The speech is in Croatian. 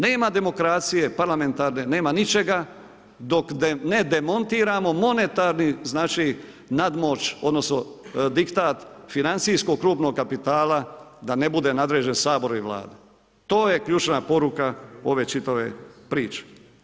Nema demokracije parlamentarne, nema ničega, dok ne demontiramo monetarni nadmoć, odnosno, diktata financijskog krupnog kapital, a da ne bude nadređene Saboru i Vladi, to je ključna poruka ove čitave priče.